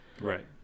right